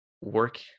work